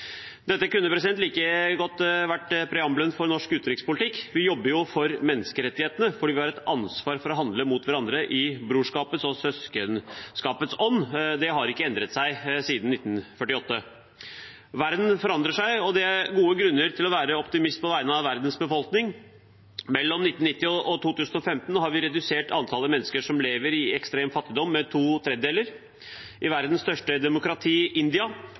Dette kunne like godt vært preambelen for norsk utenrikspolitikk. Vi jobber jo for menneskerettighetene fordi vi har et ansvar for å handle mot hverandre i brorskapets og søskenskapets ånd. Det har ikke endret seg siden 1948. Verden forandrer seg. Det er gode grunner til å være optimistisk på vegne av verdens befolkning. Mellom 1990 og 2015 har vi redusert antallet mennesker som lever i ekstrem fattigdom, med to tredjedeler. I verdens største demokrati, India,